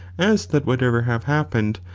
as that whatever have happened,